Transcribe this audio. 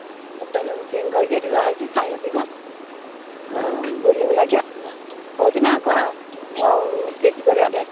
ହୁଁ hotel booking କରିକି ଏଠି ରହିକି ଖାଇବା ପିଇବା ଆଉ ବୁଲି ବୁଲାକି ଆସିବା କୋଉ ଦିନ କହ ଆଉ ଫିକ୍ସ କରିବା ଡେଟ୍